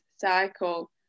cycle